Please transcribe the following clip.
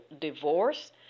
divorce